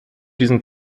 diesen